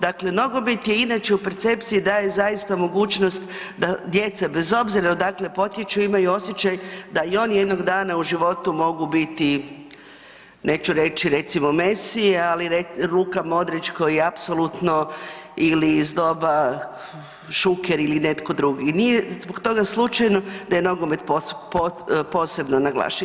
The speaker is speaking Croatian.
Dakle, nogomet i inače u percepciji daje zaista mogućnost da djeca bez obzira odakle potječu, imaju osjećaj da i oni jednog dana u životu mogu biti neću reći recimo Messi ali Luka Modrić koji apsolutno ili iz doba Šuker ili netko drugi i nije zbog toga slučajno da je nogomet posebno naglašen.